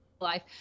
life